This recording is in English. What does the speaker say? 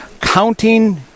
Counting